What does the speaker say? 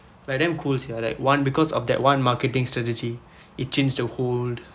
like damn cool sia like one because of that one marketing strategy it changed to whole